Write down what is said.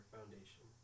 Foundation